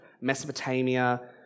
Mesopotamia